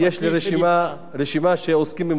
לאחר ההצבעה הייתי מבקש לעלות עוד דקה,